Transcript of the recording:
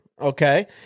okay